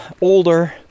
older